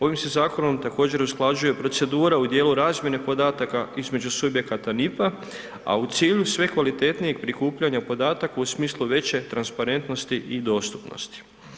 Ovim se zakonom također, usklađuje procedura u dijelu razmjene podataka između subjekata NIP-a, a u cilju sve kvalitetnijeg prikupljanja podataka u smislu veće transparentnosti i dostupnosti.